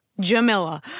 Jamila